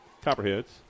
Copperheads